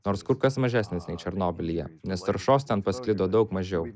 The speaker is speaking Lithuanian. nors kur kas mažesnis nei černobylyje nes taršos ten pasklido daug mažiau